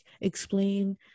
explain